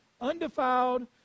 undefiled